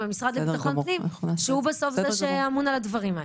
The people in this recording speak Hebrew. המשרד לביטחון פנים שהוא זה שאמון על הדברים האלה.